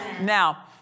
Now